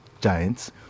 giants